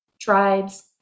tribes